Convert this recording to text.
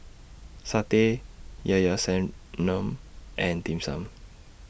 Satay Ilao Ilao Sanum and Dim Sum